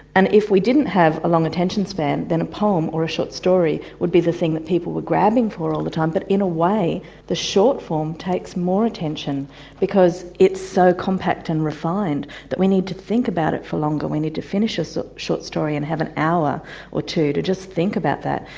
and if we didn't have a long attention span then a poem or a short story would be the thing that people were grabbing for all the time, but in a way the short form takes more attention because it's so compact and refined that we need to think about it for longer, we need to finish a so short story and have an hour or two to just think about that,